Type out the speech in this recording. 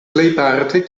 plejparte